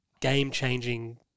game-changing